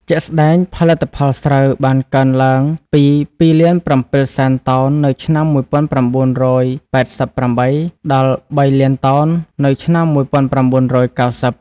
ជាក់ស្តែង ផលិតផលស្រូវបានកើនឡើងពី ២,៧០០,០០០ តោននៅឆ្នាំ១៩៨៨ ដល់ ៣,០០០,០០០ តោននៅឆ្នាំ១៩៩០។